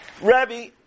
Rabbi